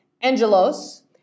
angelos